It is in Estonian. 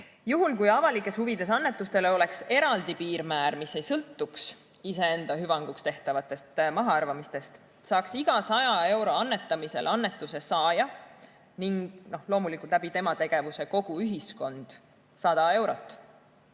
Juhul kui avalikes huvides annetustele oleks eraldi piirmäär, mis ei sõltuks iseenda hüvanguks tehtavatest mahaarvamistest, saaks iga 100 euro annetamisel annetuse saaja – tema tegevuse kaudu loomulikult kogu ühiskond – 100 eurot.